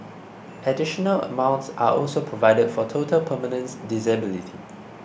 additional amounts are also provided for total permanent disability